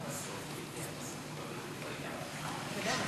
ההצעה להעביר את